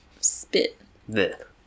spit